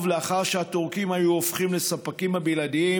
לאחר שהטורקים היו הופכים לספקים הבלעדיים.